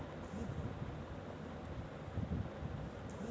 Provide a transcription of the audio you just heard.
aquaculture বা সামুদ্দিরিক পিরালিদের কিভাবে ভাল রাখা যায় সে লিয়ে গবেসলা